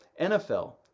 NFL